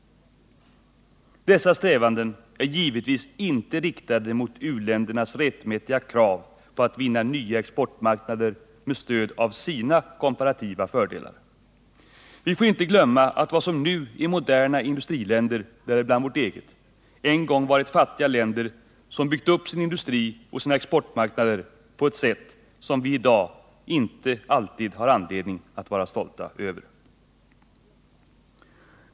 Dessa strävanden är givetvis inte riktade mot u-ländernas rättmätiga krav på att vinna nya exportmarknader med stöd av sina komparativa fördelar. Vi får inte glömma att vad som nu är moderna industriländer, däribland vårt eget, en gång varit fattiga länder som byggt upp sin industri och sina exportmarknader på ett sätt som vi i dag inte alltid har anledning att vara stolta över.